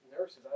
Nurses